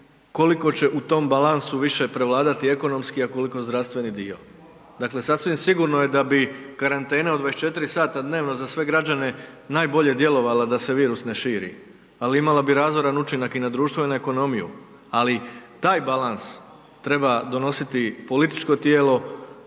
koliko će u tom balansu više prevladati ekonomski, a koliko zdravstveni dio. Dakle, sasvim sigurno je da bi karantena od 24 sata dnevno za sve građane najbolje djelovala da se virus ne širi, ali imala bi razoran učinak i na društvo i na ekonomiju. Ali taj balans treba donositi političko tijelo